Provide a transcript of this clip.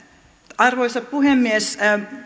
arvoisa puhemies